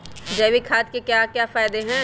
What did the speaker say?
जैविक खाद के क्या क्या फायदे हैं?